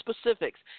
specifics